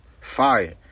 fire